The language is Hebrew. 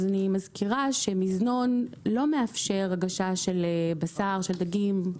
אני מזכירה שמזנון לא מאפשר הגשה של בשר, של דגים.